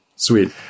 Sweet